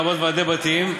לרבות ועדי בתים,